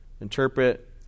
interpret